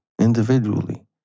individually